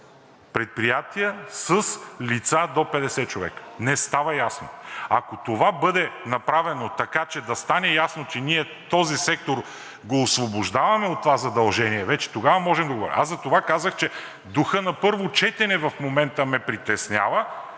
предприятия с лица до 50 човека. Не става ясно. Ако това бъде направено така, че да стане ясно, че ние този сектор го освобождаваме от това задължение, вече тогава можем да говорим. Затова казах, че духът на първо четене в момента ме притеснява